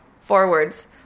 forwards